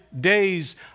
days